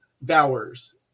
Bowers